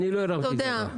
אני לא הרמתי גבה.